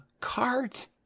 cart